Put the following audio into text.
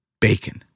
bacon